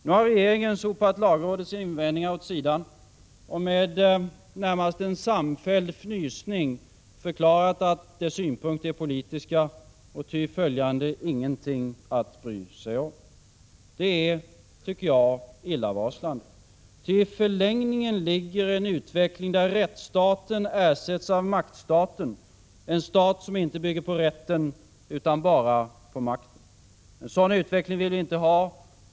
Nu har regeringen sopat lagrådets invändningar åt sidan och med en samfälld fnysning förklarat att dess synpunkter är politiska och ty följande ingenting att bry sig om. Det är, tycker jag, illavarslande. Ty i förlängningen ligger en utveckling där rättsstaten ersätts av maktstaten — en stat som inte bygger på rätten utan bara på makten. En sådan utveckling vill vi inte ha.